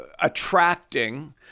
attracting